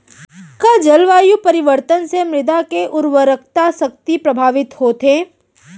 का जलवायु परिवर्तन से मृदा के उर्वरकता शक्ति प्रभावित होथे?